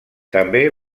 també